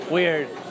Weird